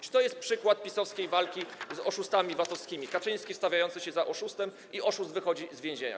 Czy to jest przykład PiS-owskiej walki z oszustami VAT-owskimi - Kaczyński wstawiający się za oszustem i oszust wychodzący z więzienia?